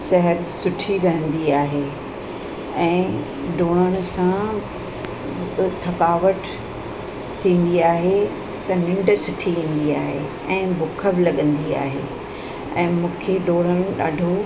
सिहत सुठी रहंदी आहे ऐं डोड़ण सां थकावटि थींदी आहे त निंढ सुठी ईंदी आहे ऐं भूख बि लॻंदी आहे ऐं मूंखे बि डोड़ण ॾाढो